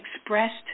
expressed